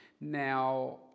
Now